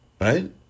Right